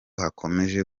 hakomeje